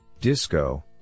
Disco